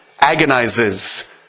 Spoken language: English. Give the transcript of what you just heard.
agonizes